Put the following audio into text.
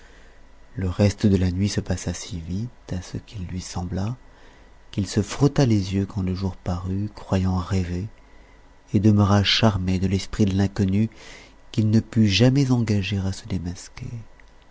le reste de la nuit passa si vite à ce qu'il lui sembla qu'il se frotta les yeux quand le jour parut croyant rêver et demeura charmé de l'esprit de l'inconnue qu'il ne put jamais engager à se démasquer